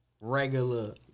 regular